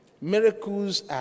Miracles